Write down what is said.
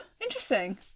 Interesting